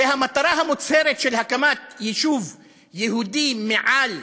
והמטרה המוצהרת של הקמת יישוב יהודי מעל